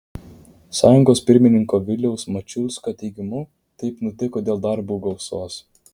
sąjungos pirmininko viliaus mačiulskio teigimu taip nutiko dėl darbų gausos